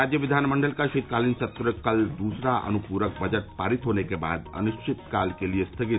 राज्य विधानमंडल का शीतकालीन सत्र कल दूसरा अनुपूरक बजट पारित होने के बाद अनिश्चितकाल के लिये स्थगित